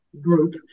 group